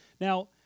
Now